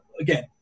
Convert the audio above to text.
Again